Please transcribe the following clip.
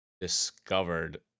discovered